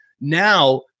Now